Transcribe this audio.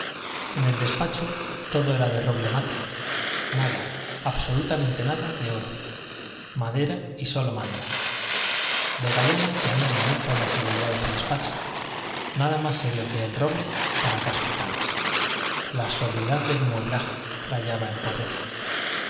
en el despacho todo era de roble mate nada absolutamente nada de oro madera y sólo madera vegallana tenía en mucho la severidad de su despacho nada más serio que el roble para casos tales la sobriedad del mueblaje rayaba en pobreza